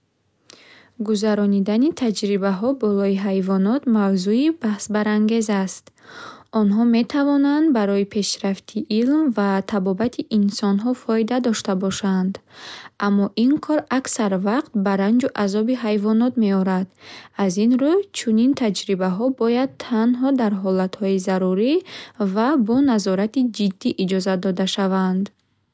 Гузаронидани таҷрибаҳо болои ҳайвонот мавзӯи баҳсбарангез аст. Онҳо метавонанд барои пешрафти илм ва табобати инсонҳо фоида дошта бошанд. Аммо ин кор аксар вақт ба ранҷу азоби ҳайвонот меорад. Аз ин рӯ, чунин таҷрибаҳо бояд танҳо дар ҳолатҳои зарурӣ ва бо назорати ҷиддӣ иҷозат дода шаванд.